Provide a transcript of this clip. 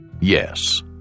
Yes